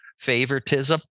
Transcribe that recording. favoritism